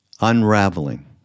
unraveling